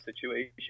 situation